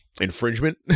infringement